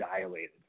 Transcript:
dilated